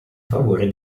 favore